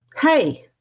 hey